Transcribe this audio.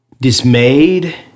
dismayed